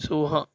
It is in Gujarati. શું હ